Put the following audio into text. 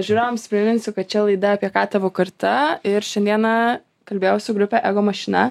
žiūrovams priminsiu kad čia laida apie ką tavo karta ir šiandieną kalbėjau su grupe ego mašina